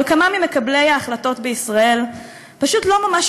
אבל כמה ממקבלי ההחלטות בישראל פשוט לא ממש